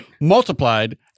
multiplied